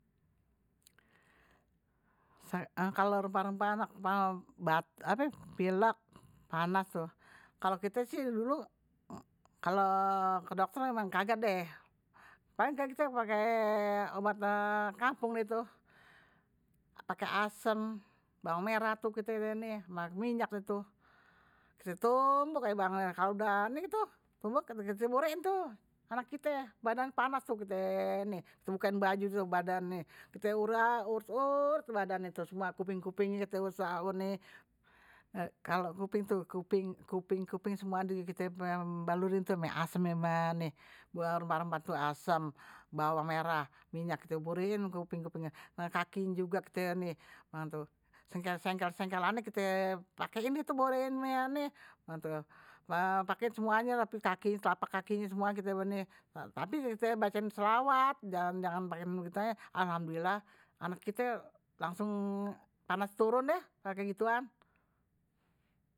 Kalo rempah rempah pilek panas tuh, kalo kite sih dulu kalo ke dokter emang kagak deh, paling kite pake obat kampung deh tuh, pake asem bawang merah tuh, kite ini ama minyak deh tuh, kite tumbuk aje bawang merah, kite borehin tuh anak kite, badannye panas tuh kite bukain baju, tuh badannye kite urap usut tuh semua badannye kuping kupingnye kite usap, kalo kuping, kuping kuping kupingnye semua kite balurin tuh ama asem bawang merah minyak kite borehin kuping kupingnye. ame kakiny juga kite ni ama sengkel sengkelannye kite pakein dah borehin yang pakein semuanye kaki, telapak kakinye tapi kite bacain sholawat jangan jangan pakein begigu aje, alhamdulillah anak kite langsung panasnye turun deh pake gituan.